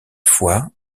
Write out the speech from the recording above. fois